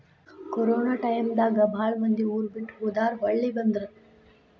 corona time ದಾಗ ಬಾಳ ಮಂದಿ ಊರ ಬಿಟ್ಟ ಹೊದಾರ ಹೊಳ್ಳಿ ಬಂದ್ರ